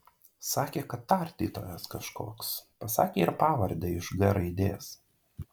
sakė kad tardytojas kažkoks pasakė ir pavardę iš g raidės